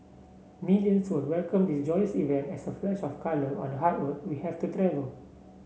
millions will welcome this joyous event as a flash of colour on the hard road we have to travel